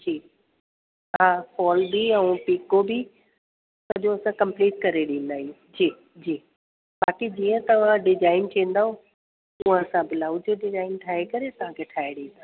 ठीक आहे फॉल बि ऐं पीको बि सॼो असां कंप्लीट करे ॾींदा आहियूं जी जी बाक़ी जीअं तव्हां डिजाइन चवंदव उहा असां ब्लाउज जो डिजाइन ठाहे करे तव्हांखे ठाहे ॾींदासीं